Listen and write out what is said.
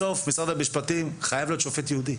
בסוף משרד המשפטים חייב להיות שופט ייעודי,